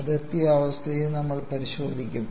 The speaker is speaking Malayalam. അതിർത്തി അവസ്ഥയും നമ്മൾ പരിശോധിക്കും